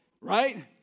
Right